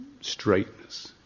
straightness